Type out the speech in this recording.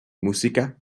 música